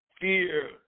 fear